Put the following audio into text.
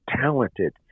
talented